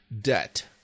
debt